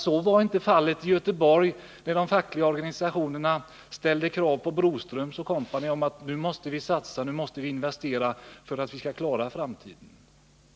Så var inte fallet i Göteborg när de fackliga organisationerna ställde kravet på Boström & Co att investera för att klara framtiden.